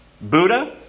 Buddha